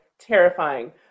terrifying